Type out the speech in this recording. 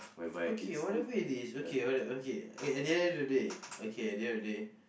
okay whatever is its okay at the end of the day at the end of the day